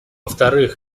вторых